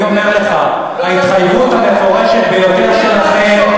אני אומר לך: ההתחייבות המפורשת ביותר שלכם,